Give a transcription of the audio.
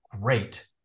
great